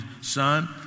son